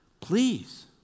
Please